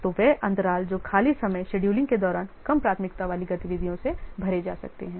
तो वे अंतराल जो खाली समय शेड्यूलिंग के दौरान कम प्राथमिकता वाली गतिविधियों से भरे जा सकते हैं